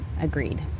agreed